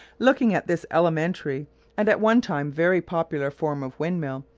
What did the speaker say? looking at this elementary and at one time very popular form of windmill,